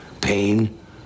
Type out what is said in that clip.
Pain